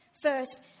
first